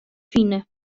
fine